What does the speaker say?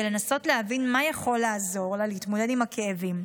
לנסות להבין מה יכול לעזור לה להתמודד עם הכאבים.